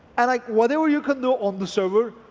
and like whatever you can do on the server,